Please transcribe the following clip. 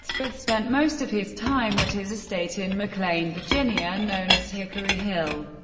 spent spent most of his time at his estate in mclean, virginia, known as hickory hill,